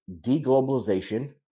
deglobalization